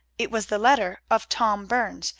it was the letter of tom burns,